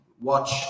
watch